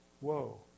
Whoa